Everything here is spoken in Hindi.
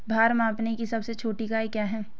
भार मापने की सबसे छोटी इकाई क्या है?